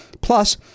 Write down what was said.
plus